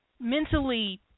mentally